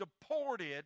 deported